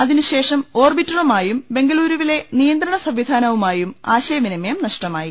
അതിനുശേഷം ഓർബിറ്ററുമായും ബെങ്കലൂരുവിലെ നിയ ന്ത്രണ സംവിധാനവുമായും ആശയവിനിമയം നഷ്ടമാ യി